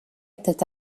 tot